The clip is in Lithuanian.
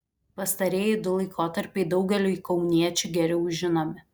pastarieji du laikotarpiai daugeliui kauniečių geriau žinomi